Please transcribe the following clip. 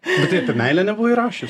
bet ir meilę nebuvai rašius